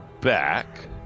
back